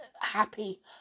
happy